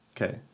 okay